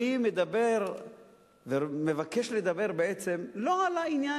אני מבקש לדבר לא על העניין,